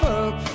up